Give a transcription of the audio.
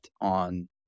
on